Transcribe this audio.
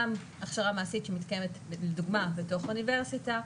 גם הכשרה מעשית שמתקיימת לדוגמה בתוך אוניברסיטה,